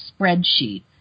spreadsheet